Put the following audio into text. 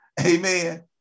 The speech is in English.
amen